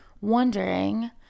wondering